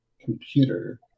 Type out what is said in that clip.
computer